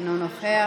אינו נוכח,